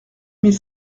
mille